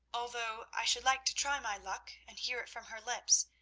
although i should like to try my luck and hear it from her lips,